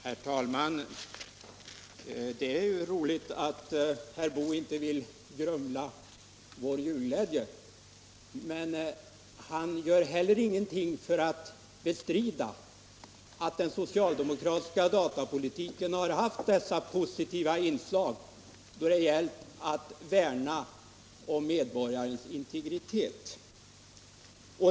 Herr talman! Det är ju roligt att herr Boo inte vill grumla vår julglädje. Men han gör heller ingenting för att bestrida att den socialdemokratiska datapolitiken har haft de positiva inslag jag påvisat då det gällt att värna om medborgarnas integritet.